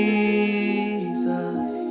Jesus